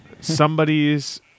somebody's